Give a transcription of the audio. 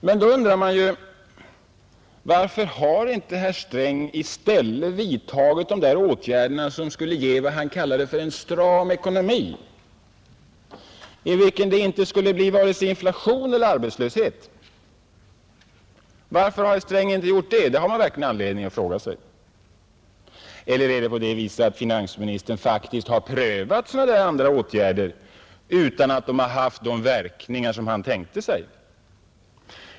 Men då undrar man varför herr Sträng inte i stället har vidtagit de åtgärder som skulle ge vad som kallades en ”stram ekonomi” i vilken det inte skulle bli vare sig inflation eller arbetslöshet. Varför har herr Sträng inte gjort det? Det har man verkligen anledning fråga sig. Eller är det på det viset att finansministern faktiskt har prövat sådana andra åtgärder, utan att de har haft de verkningar som han tänkt sig?